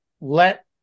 let